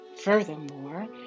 Furthermore